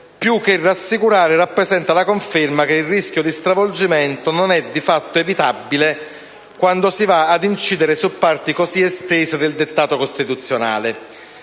più che una rassicurazione rappresenta la conferma che il rischio di stravolgimento non è di fatto evitabile quando si va ad incidere su parti così estese del dettato costituzionale.